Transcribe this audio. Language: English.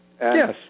Yes